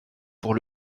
pour